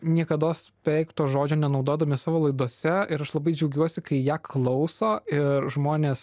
niekados peikto žodžio nenaudodami savo laidose ir aš labai džiaugiuosi kai ją klauso ir žmonės